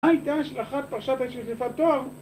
מה הייתה השלכת פרשת אשת יפת תואר